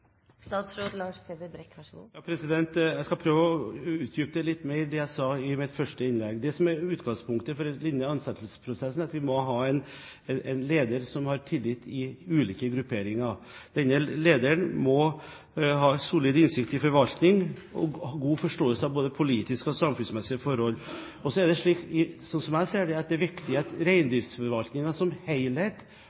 jeg sa i mitt første innlegg, litt mer. Utgangspunktet for ansettelsesprosessen er at vi må ha en leder som har tillit i ulike grupperinger. Denne lederen må ha solid innsikt i forvaltning og god forståelse for både politiske og samfunnsmessige forhold. Så er det viktig, sånn som jeg ser det, at reindriftsforvaltningen som helhet har god språklig kompetanse. Jeg kjenner ikke til om det